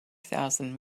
thousand